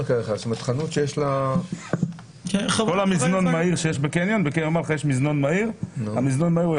המזנון המהיר בקניון בקניון מלחה יש מזנון מהיר יכול